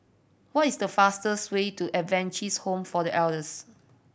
what is the fastest way to Adventist Home for The Elders